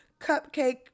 cupcake